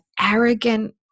arrogant